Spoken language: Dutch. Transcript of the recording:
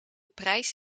prijs